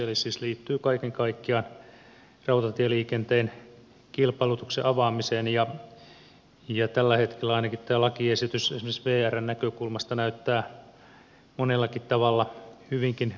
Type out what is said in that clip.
tämä siis liittyy kaiken kaikkiaan rautatieliikenteen kilpailutuksen avaamiseen ja tällä hetkellä ainakin tämä lakiesitys esimerkiksi vrn näkökulmasta näyttää monellakin tavalla hyvinkin ongelmalliselta